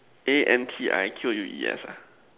A N T I Q U E S ah